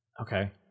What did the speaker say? Okay